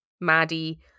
Maddie